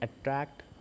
attract